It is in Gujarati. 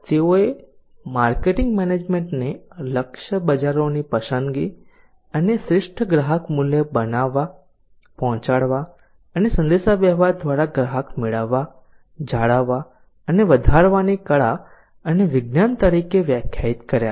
તેઓએ માર્કેટિંગ મેનેજમેન્ટને લક્ષ્ય બજારોની પસંદગી અને શ્રેષ્ઠ ગ્રાહક મૂલ્ય બનાવવા પહોંચાડવા અને સંદેશાવ્યવહાર દ્વારા ગ્રાહક મેળવવા જાળવવા અને વધારવાની કળા અને વિજ્ઞાન તરીકે વ્યાખ્યાયિત કર્યા છે